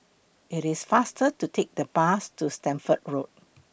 IT IS faster to Take The Bus to Stamford Road